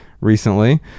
recently